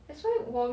that's why 我 y~